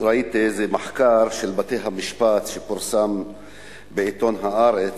ראיתי איזה מחקר על בתי-המשפט שפורסם בעיתון "הארץ",